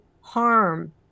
harm